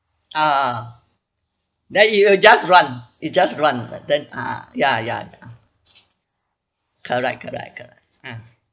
ah ah ah then it will just run it just run but then ah ya ya ya correct correct correct mm